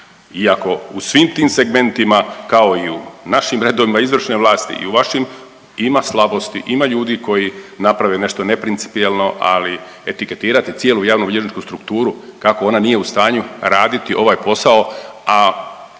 iako u svim tim segmentima, kao i u našim redovima izvršne vlasti i u vašim ima slabosti, ima ljudi koji naprave nešto neprincipijelno, ali etiketirati cijelu javnobilježničku strukturu kako ona nije u stanju raditi ovaj posao, a